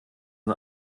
and